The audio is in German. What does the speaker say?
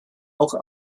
auch